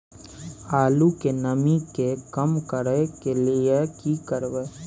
आलू के नमी के कम करय के लिये की करबै?